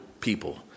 people